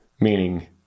meaning